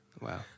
Wow